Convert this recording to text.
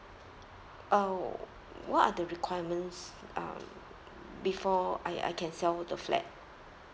uh what are the requirements um before I I can sell the flat